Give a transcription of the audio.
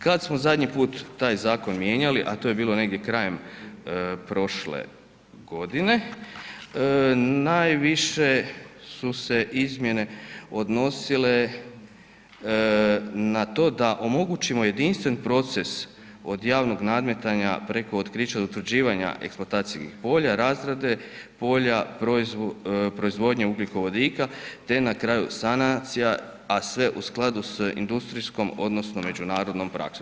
Kada smo zadnji put taj zakon mijenjali a to je bilo negdje krajem prošle godine, najviše su se izmjene odnosile na to da omogućimo jedinstven proces od javnog nadmetanja, preko otkrića do utvrđivanja eksploatacijskih polja, razrade polja, proizvodnja ugljikovodika, te na kraju sanacija a sve u skladu s industrijskom, odnosno, međunarodnom praksom.